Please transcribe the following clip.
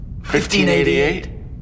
1588